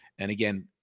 and again,